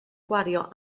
gwario